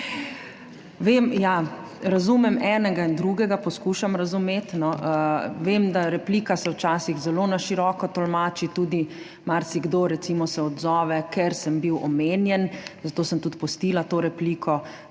jej jej, razumem enega in drugega, poskušam razumeti. Vem, da se replika včasih zelo na široko tolmači, marsikdo se recimo tudi odzove, »ker sem bil omenjen«, zato sem tudi pustila to repliko.